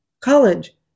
college